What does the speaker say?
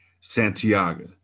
Santiago